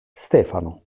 stefano